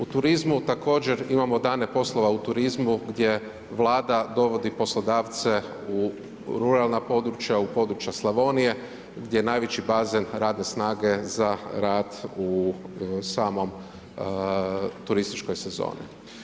U turizmu također imamo Dane poslova u turizmu gdje Vlada dovodi poslodavce u ruralna područja, u područja Slavonije gdje je najveći bazen radne snage za rad u samoj turističkoj sezoni.